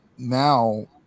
Now